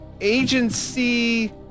agency